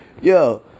Yo